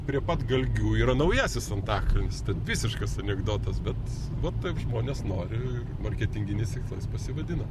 prie pat galgių yra naujasis antakalnis ten visiškas anekdotas bet va taip žmonės nori marketinginiais tikslais pasivadina